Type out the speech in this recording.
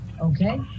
Okay